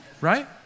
right